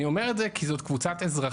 אני אומר את זה כי זו קבוצת אזרחים